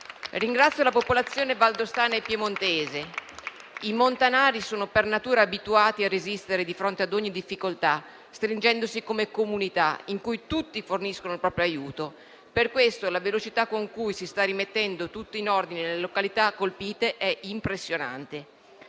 Ringrazio la popolazione valdostana e piemontese. I montanari sono per natura abituati a resistere di fronte a ogni difficoltà, stringendosi come comunità in cui tutti forniscono il proprio aiuto. Per questo la velocità con cui si sta rimettendo tutto in ordine nelle località colpite è impressionante.